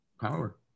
Power